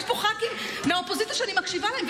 יש פה ח"כים מהאופוזיציה שאני מקשיבה להם,